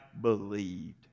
believed